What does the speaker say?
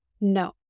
No